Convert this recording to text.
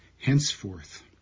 henceforth